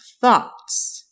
thoughts